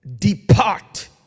Depart